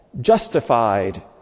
justified